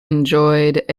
enjoyed